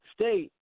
state